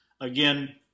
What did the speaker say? Again